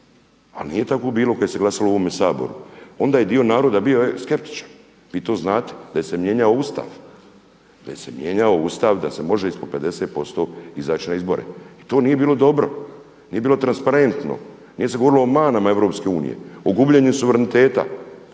ali nije tako bilo kad se glasalo u ovome Saboru. Onda je dio naroda bio skeptičan, vi to znate, da se mijenjao Ustav da se može ispod 50% izaći na izbore. I to nije bilo dobro, nije bilo transparentno, nije se govorilo o manama Europske unije, o gubljenju suvereniteta.